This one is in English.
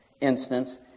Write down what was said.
instance